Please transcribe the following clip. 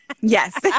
Yes